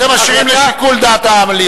אתם משאירים לשיקול דעת המליאה.